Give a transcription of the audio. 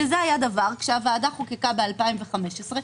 כאשר הוועדה חוקקה את החוק ב-2015 היא